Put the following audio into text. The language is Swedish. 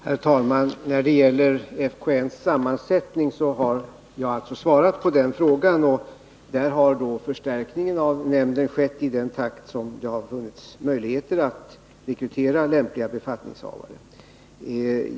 Herr talman! När det gäller fartygskreditnämndens sammansättning har jag svarat på frågan. Nämnden har förstärkts i den takt som det har funnits möjligheter att rekrytera lämpliga befattningshavare.